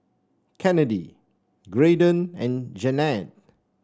Kennedy Graydon and Jannette